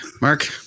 Mark